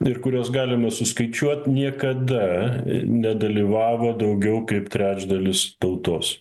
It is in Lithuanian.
ir kuriuos galima suskaičiuot niekada nedalyvavo daugiau kaip trečdalis tautos